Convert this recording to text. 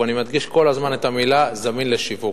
ואני מדגיש כל הזמן את המלים "זמין לשיווק".